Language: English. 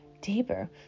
deeper